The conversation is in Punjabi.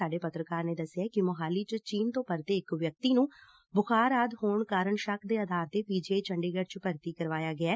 ਸਾਡੇ ਪੱਤਰਕਾਰ ਨੇ ਦਸਿਐ ਕਿ ਮੁਹਾਲੀ ਵਿਚ ਚੀਨ ਤੋ ਪਰਤੇ ਇਕ ਵਿਅਕਤੀ ਨੂੰ ਬੁਖ਼ਾਰ ਆਦੀ ਹੋਣ ਕਾਰਨ ਸ਼ੱਕ ਦੇ ਆਧਾਰ ਤੇ ਪੀ ਜੀ ਆਈ ਚੰਡੀਗੜ ਚ ਭਰਤੀ ਕਰਾਇਆ ਗਿਐ